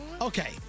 Okay